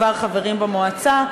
כבר חברים במועצה,